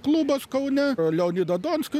klubas kaune leonidą donskį